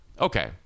Okay